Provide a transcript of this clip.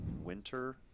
winter